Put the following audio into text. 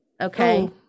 Okay